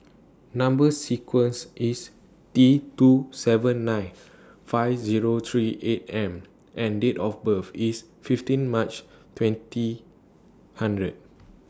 Number sequence IS T two seven nine five Zero three eight M and Date of birth IS fifteen March twenty hundred